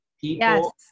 People